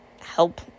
help